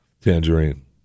tangerine